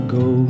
go